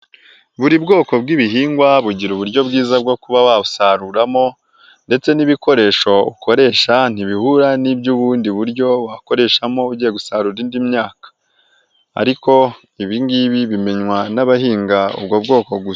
Buri bwoko bw'ibihingwa bugira uburyo bwiza bwo kuba wabusaruramo ndetse n'ibikoresho ukoresha ntibihura n'iby'ubundi buryo wahakoreshamo ugiye gusarura indi myaka, ariko ibingibi bimenywa n'abahinga ubwo bwoko gusa.